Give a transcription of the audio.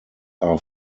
are